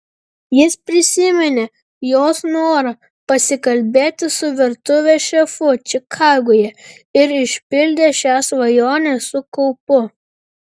jis prisiminė jos norą pasikalbėti su virtuvės šefu čikagoje ir išpildė šią svajonę su kaupu